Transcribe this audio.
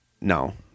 No